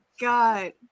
God